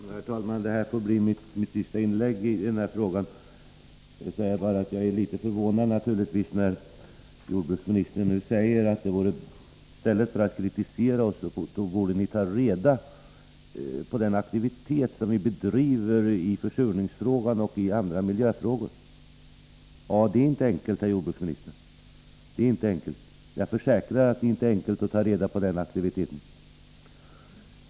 Herr talman! Detta får bli mitt sista inlägg i denna fråga. Jag är naturligtvis litet förvånad när jordbruksministern säger att ”i stället för att kritisera oss borde ni ta reda på den aktivitet som vi bedriver i försurningsfrågan och i andra miljöfrågor”. Det är inte enkelt, det kan jag försäkra, att ta reda på den aktiviteten.